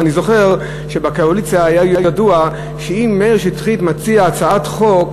ואני זוכר שבקואליציה היה ידוע שאם מאיר שטרית מציע הצעת חוק